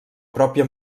pròpia